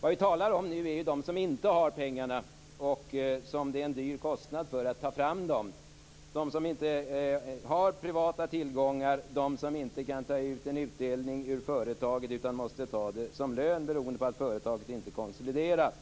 Det vi talar om nu är de företag som inte har dessa pengar och som har en dryg kostnad för att ta fram dem. Det gäller de företagare som inte har privata tillgångar, de företagare som inte kan ta ut en utdelning ur företaget utan måste ta det här som lön beroende på att företaget inte är konsoliderat.